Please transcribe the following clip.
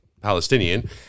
palestinian